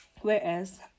whereas